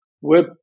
web